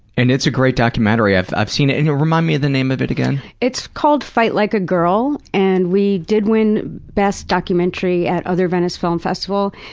and it's a great documentary. i've i've seen it. remind me of the name of it again? it's called fight like a girl. and we did win best documentary at other venice film festival.